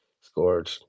scored